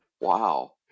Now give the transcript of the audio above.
Wow